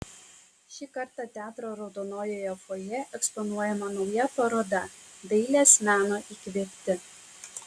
šį kartą teatro raudonojoje fojė eksponuojama nauja paroda dailės meno įkvėpti